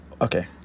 Okay